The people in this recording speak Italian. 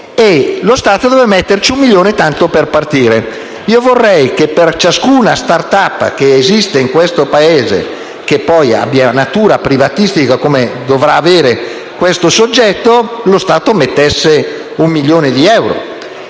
lo Stato deve metterci un milione di euro tanto per partire. Vorrei allora che per ciascuna *start-up* che esiste in questo Paese e che abbia natura privatistica, come dovrà avere questo soggetto, lo Stato mettesse un milione di euro.